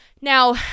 now